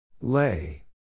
Lay